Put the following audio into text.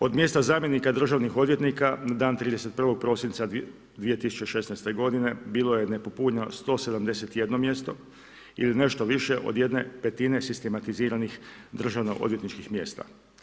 Od mjesta zamjenika državnih odvjetnika na dan 31. prosinca 2016. godine bilo je nepopunjeno 171 mjesto ili nešto više od 1/5 sistematiziranih državnoodvjetničkih mjesta.